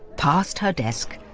past her desk,